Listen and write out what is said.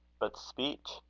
but speech?